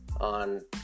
on